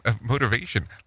motivation